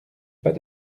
pas